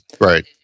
Right